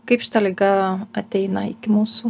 kaip šita liga ateina iki mūsų